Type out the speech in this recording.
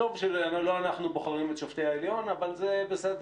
וטוב שלא אנחנו בוחרים את שופטי העליון, אבל בסדר.